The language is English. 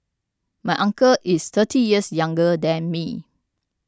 my uncle is thirty years younger than me